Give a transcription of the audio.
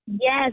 Yes